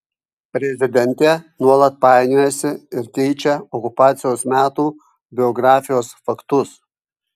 prezidentė nuolat painiojasi ir keičia okupacijos metų biografijos faktus